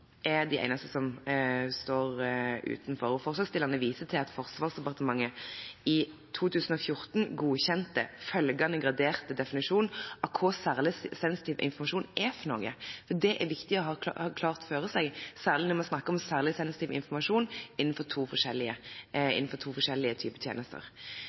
er de eneste som står utenfor merknaden. Forslagsstillerne viser til at Forsvarsdepartementet i 2014 godkjente følgende graderte definisjon av hva «særlig sensitiv informasjon» er. Det er det viktig å ha klart for seg, særlig når vi snakker om særlig sensitiv informasjon innenfor to forskjellige typer tjenester.